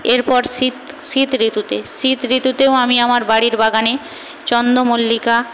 এরপর শীত শীত ঋতুতে শীত ঋতুতেও আমি আমার বাড়ির বাগানে চন্দ্রমল্লিকা